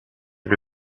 che